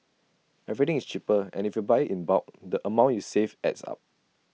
everything is cheaper and if you buy in bulk the amount you save adds up